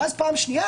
ואז פעם שנייה,